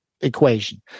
equation